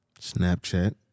Snapchat